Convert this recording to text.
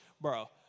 Bro